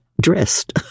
dressed